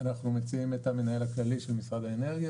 אנחנו מציעים את המנהל הכללי של משרד האנרגיה,